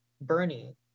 Bernie